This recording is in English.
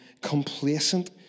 complacent